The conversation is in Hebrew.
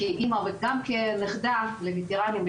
כאמא וגם כנכדה לווטרנים,